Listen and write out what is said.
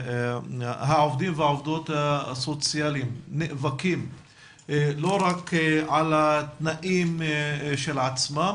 העובדים והעובדות הסוציאליים נאבקים לא רק על התנאים שלהם עצמם